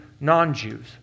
non-Jews